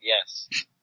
yes